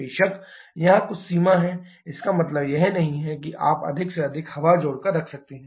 बेशक यहां कुछ सीमा है इसका मतलब यह नहीं है कि आप अधिक से अधिक हवा जोड़कर रख सकते हैं